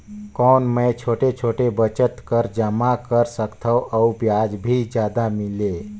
कौन मै छोटे छोटे बचत कर जमा कर सकथव अउ ब्याज भी जादा मिले?